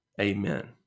amen